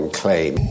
claim